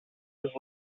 was